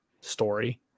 story